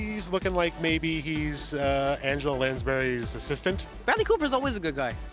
he's looking like maybe he's angela lansbury's assistant. bradley cooper is always a good guy.